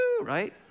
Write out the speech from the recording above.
right